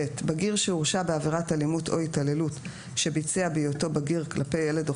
בגיר שהורשע בעבירת אלימות או התעללות שביצע בהיותו בגיר כלפי ילד או